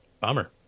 Bummer